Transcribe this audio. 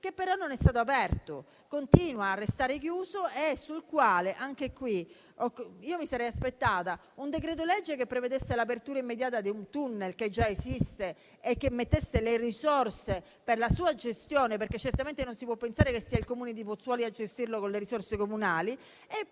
che però non è stato aperto e che continua a restare chiuso. Io mi sarei aspettata un decreto-legge che prevedesse l'apertura immediata di un *tunnel* che già esiste e che prevedesse le risorse per la sua gestione. infatti certamente non si può pensare che sia il Comune di Pozzuoli a gestirlo con le risorse comunali. E poi